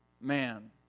man